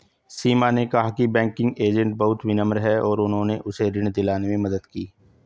सीमा ने कहा कि बैंकिंग एजेंट बहुत विनम्र हैं और उन्होंने उसे ऋण दिलाने में मदद की